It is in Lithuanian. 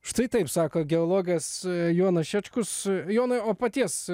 štai taip sako geologas jonas šečkus jonui o paties